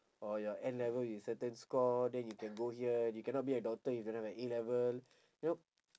or your N-level with certain score then you can go here you cannot be a doctor if you're not at A-level you know